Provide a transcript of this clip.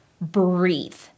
Breathe